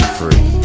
free